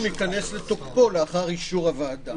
מצב החירום ייכנס לתוקפו לאחר אישור הוועדה.